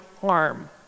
harm